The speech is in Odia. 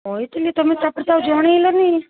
କହିଥିଲି ତମେ ତା'ପରେ ତ ଆଉ ଜଣାଇଲନି